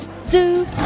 Zoo